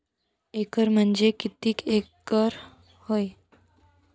Hectare म्हणजे किती acre व्हते?